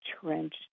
Trench